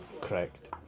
Correct